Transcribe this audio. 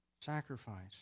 sacrifice